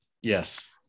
Yes